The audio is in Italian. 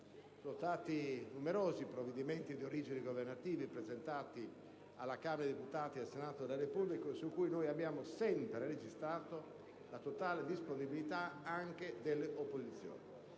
stati numerosi i provvedimenti di origine governativa, presentati alla Camera dei deputati e al Senato della Repubblica, su cui abbiamo sempre registrato la totale disponibilità anche delle opposizioni.